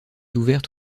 ouverte